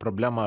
problemą